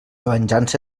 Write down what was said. venjança